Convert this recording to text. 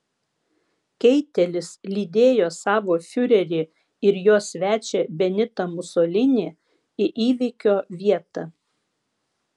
keitelis lydėjo savo fiurerį ir jo svečią benitą musolinį į įvykio vietą